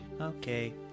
Okay